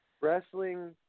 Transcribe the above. wrestling